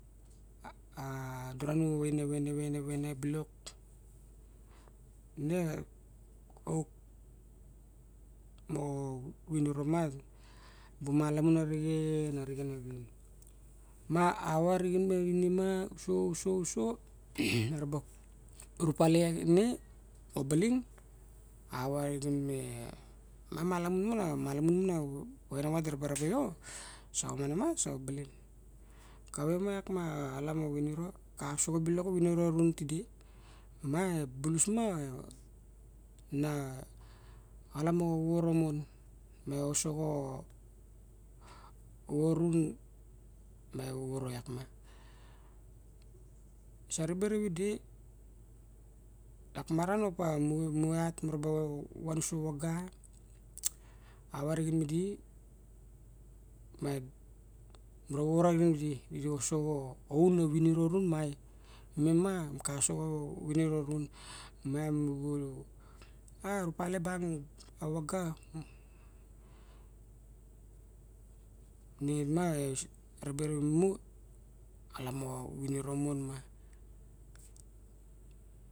Ah duranu vainne vainne vainne bilok neh auk moxoh viniro mah, ebu malamun arixen arixen sohsoh sohsoh erah ba orupale iak inneh obaling awahahrixen meh, mah malamun vaxienavat diraba rabe io esah wanmah esah obaling, kawah io iakmah xalap moxo vinoroh mah eh bulus mah na xalap moxoh woworo mon mah eh osoxoh woworo runn mah eh woworo iakmah esah ribe ravidi lokmaran opa mu iat muraba wansuxah wagah awah arixen midi ma mura woworo arixen midi di osoxo aunna. vinorro runn mah mehma mikasoxoh viniro runn miang meh bo ah orupale bang ah wagah nemah eh riberavimu ah xalap moxoh viniro mon mah.